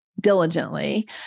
diligently